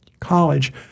college